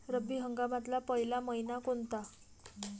रब्बी हंगामातला पयला मइना कोनता?